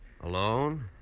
Alone